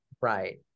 Right